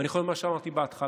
ואני חוזר למה שאמרתי בהתחלה,